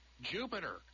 Jupiter